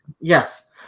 Yes